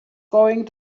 going